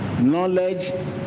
Knowledge